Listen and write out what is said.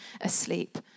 asleep